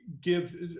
give